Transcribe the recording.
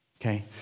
okay